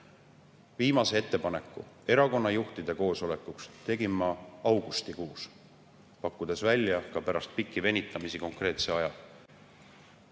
Viimase ettepaneku erakonnajuhtide koosolekuks tegin ma augustikuus, pakkudes välja pärast pikki venitamisi ka konkreetse aja.